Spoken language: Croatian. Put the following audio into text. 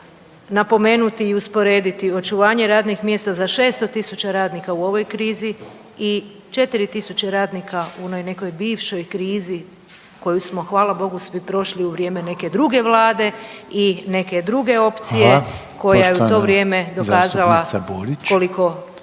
napomenuti i usporediti očuvanje radnih mjesta za 600 tisuća radnika u ovoj krizi i 4 tisuće radnika u onoj nekoj bivšoj krizi koju smo hvala Bogu svi prošli u vrijeme neke druge vlade i neke druge opcije koja je u to vrijeme dokazala koliko